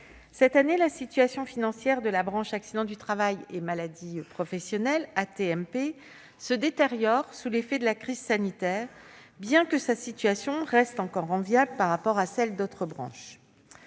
cette année, la situation financière de la branche accidents du travail et maladies professionnelles (AT-MP) se détériore sous l'effet de la crise sanitaire, bien que sa situation reste enviable par rapport à celle d'autres branches.